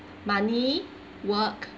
money work